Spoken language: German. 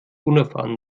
unerfahren